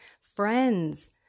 friends